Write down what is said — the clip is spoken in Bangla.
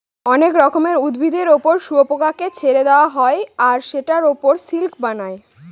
অনেক রকমের উদ্ভিদের ওপর শুয়োপোকাকে ছেড়ে দেওয়া হয় আর সেটার ওপর সিল্ক বানায়